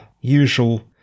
usual